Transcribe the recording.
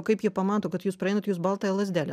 kaip jie pamato kad jūs praeinat jūs baltąją lazdelę